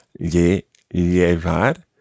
LLEVAR